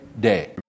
day